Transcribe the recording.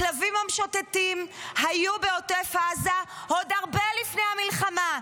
הכלבים המשוטטים היו בעוטף עזה עוד הרבה לפני המלחמה.